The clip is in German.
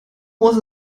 muss